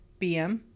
BM